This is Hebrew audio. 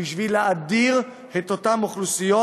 כדי להדיר את אותן אוכלוסיות,